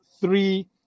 three